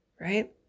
right